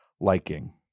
liking